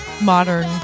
modern